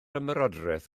ymerodraeth